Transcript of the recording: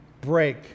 break